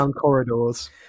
corridors